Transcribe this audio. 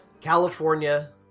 California